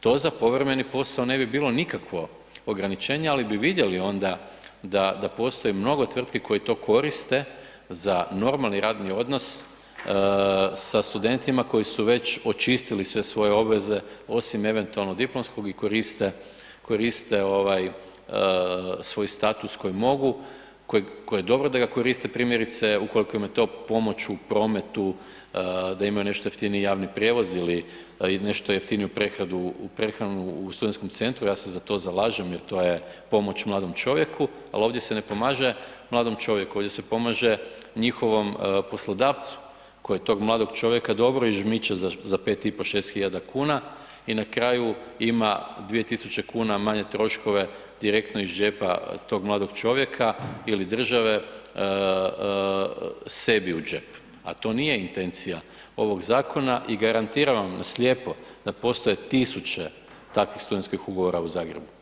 To za povremeni posao ne bi bilo nikakvo ograničenje, ali bi vidjeli onda da postoje mnogo tvrtki koje to koriste za normalni radni odnos sa studentima koji su već očistili sve svoje obveze, osim eventualno diplomskog i koriste svoj status koji mogu, koji je dobro da ga koriste, primjerice, ukoliko imate, pomoć u prometu, da imaju nešto jeftiniji javni prijevoz ili nešto jeftiniju prehranu u studentskom centru, ja se za to zalažem jer to je pomoć mladom čovjeku, ali ovdje se ne pomaže mladom čovjeku, ovdje se pomaže njihovom poslodavcu koji tog mladog čovjeka dobro ižmiče za 5 i pol, 6 hiljada kuna i na kraju ima 2 tisuće kuna manje troškove direktno iz džepa tog mladog čovjeka ili države sebi u džep, a to nije intencija ovog zakona i garantiram vam, slijepo, da postoje tisuće takvih studentskih ugovora u Zagrebu.